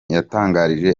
yatangarije